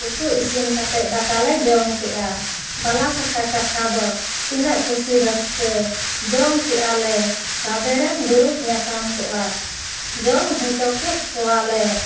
ᱩᱛᱩ ᱤᱥᱤᱱ ᱠᱟᱛᱮ ᱫᱟᱠᱟᱞᱮ ᱡᱚᱢ ᱠᱮᱜᱼᱟ ᱵᱟᱞᱟ ᱥᱟᱠᱟ ᱠᱟᱛᱷᱟ ᱫᱚ ᱛᱤᱱᱟᱹᱜ ᱠᱩᱥᱤ ᱨᱟᱹᱥᱠᱟᱹ ᱡᱚᱢ ᱠᱮᱜ ᱟᱞᱮ ᱥᱟᱫᱮᱨᱮᱢ ᱫᱩᱲᱩᱵ ᱧᱟᱯᱟᱢ ᱠᱚᱜᱼᱟ ᱡᱚᱢ ᱦᱚᱪᱚ ᱠᱮᱫ ᱠᱚᱣᱟᱞᱮ